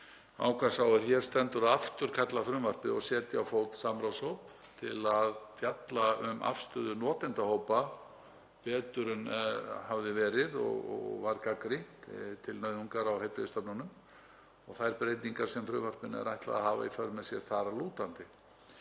ákvað sá er hér stendur að afturkalla frumvarpið og setja á fót samráðshóp til að fjalla um afstöðu notendahópa betur en hafði verið og var gagnrýnt til nauðungar á heilbrigðisstofnunum og þær breytingar sem frumvarpinu er ætlað að hafa í för með sér þar að lútandi.